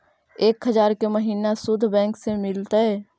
एक हजार के महिना शुद्ध बैंक से मिल तय?